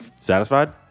satisfied